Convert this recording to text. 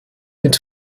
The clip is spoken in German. mit